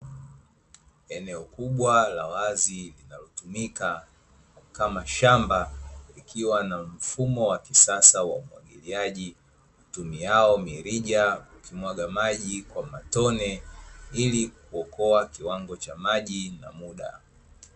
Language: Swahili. Eneo kubwa la wazi linalotumika kama shamba, likiwa na mfumo wa kisasa wa umwagiliaji, utumiao mirija kumwaga maji kwa matone, ili kuokoa kiwango cha maji na muda.